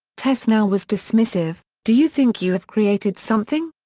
tessenow was dismissive do you think you have created something?